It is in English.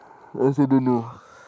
I also don't know